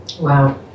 Wow